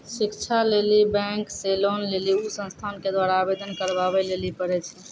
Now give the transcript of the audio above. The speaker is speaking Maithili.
शिक्षा लेली बैंक से लोन लेली उ संस्थान के द्वारा आवेदन करबाबै लेली पर छै?